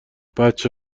بچه